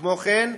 כמו כן,